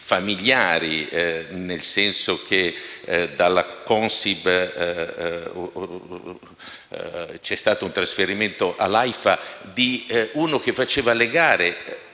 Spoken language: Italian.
familiari, nel senso che dalla Consip c’è stato il trasferimento all’Aifa di uno che faceva le gare